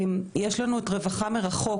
יש לנו את רווחה מרחוק